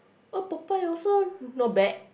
oh Popeye also not bad